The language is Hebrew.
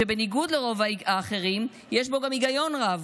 שבניגוד לרוב האחרים יש בו גם היגיון רב,